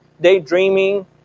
daydreaming